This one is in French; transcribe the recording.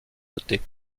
voter